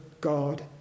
God